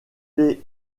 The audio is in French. les